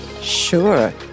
Sure